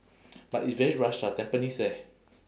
but it's very rush ah tampines eh